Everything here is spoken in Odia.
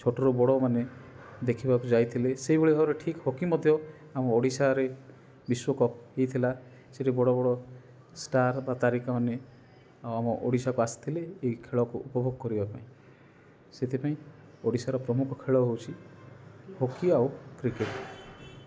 ଛୋଟରୁ ବଡ଼ମାନେ ଦେଖିବାକୁ ଯାଇଥିଲେ ସେହିଭଳି ଭାବରେ ଠିକ୍ ହକି ମଧ୍ୟ ଆମ ଓଡ଼ିଶାରେ ବିଶ୍ଵ କପ୍ ହେଇଥିଲା ସେଠି ବଡ଼ ବଡ଼ ଷ୍ଟାର୍ ବା ତାରକାମାନେ ଆମ ଓଡ଼ିଶାକୁ ଆସିଥିଲେ ଏହି ଖେଳକୁ ଉପଭାଗ କରିବାପାଇଁ ସେଥିପାଇଁ ଓଡ଼ିଶାର ପ୍ରମୁଖ ଖେଳ ହେଉଛି ହକି ଆଉ କ୍ରିକେଟ୍